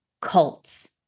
cults